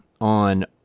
on